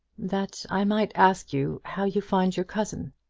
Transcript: that i might ask you how you find your cousin.